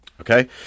Okay